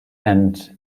and